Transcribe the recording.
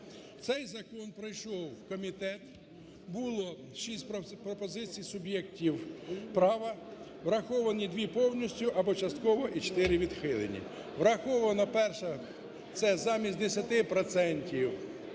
Цей закон пройшов комітет. Було шість пропозицій суб'єктів права, враховані дві повністю або частково і чотири відхилені. Враховано, перше, це замість 10